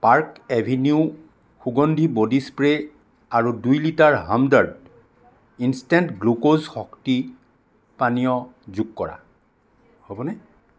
park Avenue সুগন্ধি body spray আৰু দুই লিটাৰ হমদৰ্দ ইনষ্টেণ্ট গ্লুক'জ শক্তি পানীয় যোগ কৰা